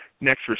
next